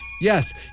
Yes